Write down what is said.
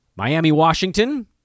Miami-Washington